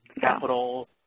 Capital